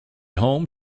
home